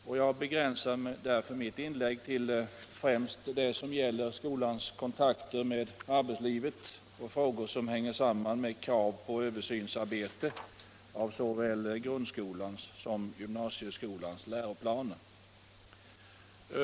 Därför begränsar jag detta mitt inlägg till främst det som gäller skolans kontakter med arbetslivet och frågor som sammanhänger med kravet på översyn av såväl grundskolans som gymnasieskolans läroplaner.